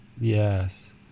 Yes